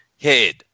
head